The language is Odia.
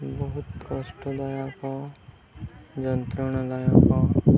ବହୁତ କଷ୍ଟଦାୟକ ଯନ୍ତ୍ରଣାଦାୟକ